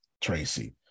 Tracy